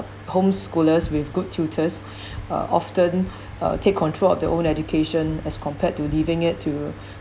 homeschoolers with good tutors uh often uh take control of their own education as compared to leaving it to